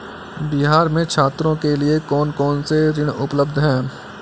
बिहार में छात्रों के लिए कौन कौन से ऋण उपलब्ध हैं?